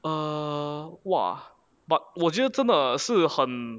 err !wah! but 我觉得真的是很